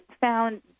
found